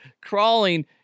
crawling